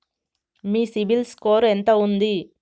మీ CIBIL score ఎంత ఉంది?